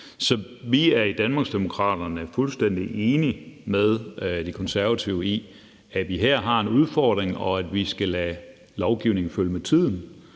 Så vi er i Danmarksdemokraterne fuldstændig enige med De Konservative i, at vi har en udfordring her, og at vi skal lade lovgivningen følge med tiden